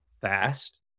fast